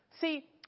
see